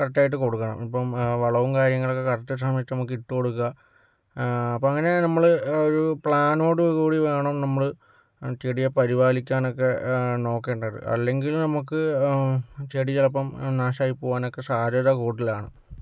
കറക്ടായിട്ട് കൊടുക്കണം ഇപ്പം വളവും കാര്യങ്ങളൊക്കെ കറക്റ്റ് സമയത്തൊക്കെ നമക്കിട്ട് കൊടുക്കാ അപ്പൊ അങ്ങനെ നമ്മള് ഒരു പ്ലാനോട് കൂടി വേണം നമ്മള് ചെടിയെ പരിപാലിക്കാനൊക്കെ നോക്കേണ്ടത് അല്ലെങ്കില് നമുക്ക് ചെടി ചിലപ്പം നാശമായി പോകാനൊക്കെ സാധ്യത കൂടുതലാണ്